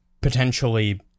potentially